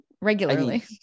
regularly